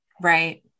Right